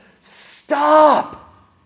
Stop